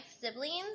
siblings